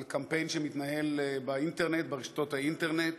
על קמפיין שמתנהל באינטרנט, ברשתות האינטרנט,